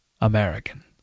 American